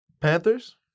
Panthers